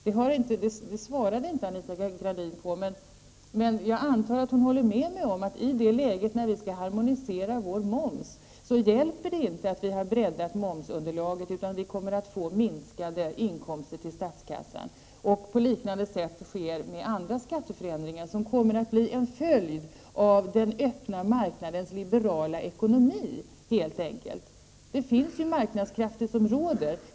Det svarade inte Anita Gradin på, men jag antar att hon håller med mig om att i det läge när vi skall harmonisera vår moms hjälper det inte att vi har breddat momsunderlaget, utan statskassan kommer att få minskade inkomster. På liknande sätt blir det med andra skatteförändringar. Det kommer helt enkelt att bli en följd av den öppna marknadens liberala ekonomi. Det är ju marknadskrafterna som råder.